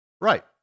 Right